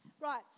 Right